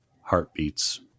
heartbeats